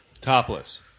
Topless